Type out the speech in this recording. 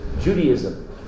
Judaism